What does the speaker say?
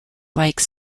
like